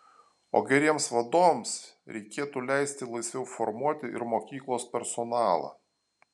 o geriems vadovams reikėtų leisti laisviau formuoti ir mokyklos personalą